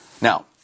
Now